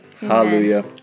Hallelujah